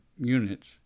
units